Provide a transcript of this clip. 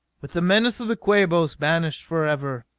with the menace of the quabos banished forever,